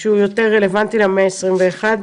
יותר רלוונטי למאה ה-21.